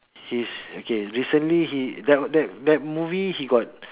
he's okay recently he that that that movie he got